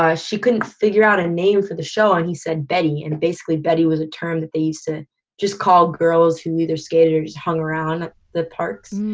ah she couldn't figure out a name for the show and he said betty. and basically betty was a term that they used to call girls who either skated or hung around the parks.